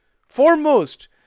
foremost